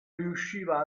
riusciva